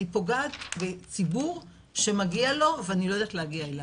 אני פוגעת בציבור שמגיע לו ואני לא יודעת להגיע אליו.